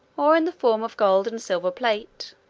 or in the form of gold and silver plate